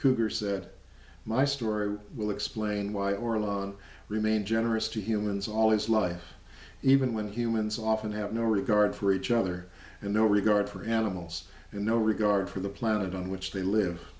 cougar said my story will explain why or lon remain generous to humans all his life even when humans often have no regard for each other and no regard for animals and no regard for the planet on which they live